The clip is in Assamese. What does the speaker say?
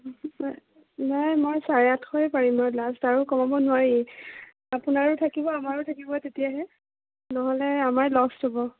নাই মই চাৰে আঠশয়ে পাৰিম আৰু লাষ্ট আৰু কমাব নোৱাৰি আপোনাৰো থাকিব আমাৰো থাকিব তেতিয়াহে নহ'লে আমাৰ লষ্ট হ'ব